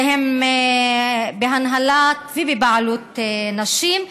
שהם בהנהלה ובבעלות נשים.